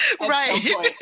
Right